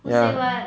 who say [one]